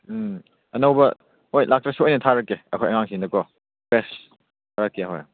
ꯎꯝ ꯑꯅꯧꯕ ꯍꯣꯏ ꯂꯥꯛꯇ꯭ꯔꯁꯨ ꯑꯩꯅ ꯊꯥꯔꯛꯀꯦ ꯑꯩꯈꯣꯏ ꯑꯉꯥꯡꯁꯤꯡꯗꯀꯣ ꯑꯁ ꯊꯥꯔꯀꯀꯦ ꯍꯣꯏ